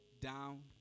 down